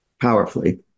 powerfully